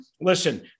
listen